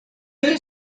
sie